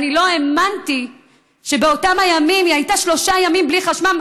אני לא האמנתי שבאותם הימים היא הייתה שלושה ימים בלי חשמל